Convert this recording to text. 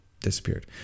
disappeared